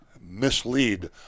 mislead